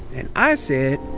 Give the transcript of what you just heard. and i said,